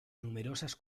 numerosas